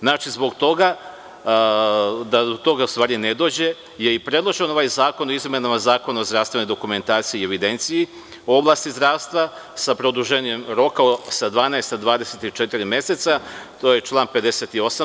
Znači, zbog toga da do toga ne dođe je i predložen ovaj zakon o izmenama Zakona o zdravstvenoj dokumentaciji i evidenciji u oblasti zdravstva, sa produženjem roka sa 12 na 24 meseca, to je član 58.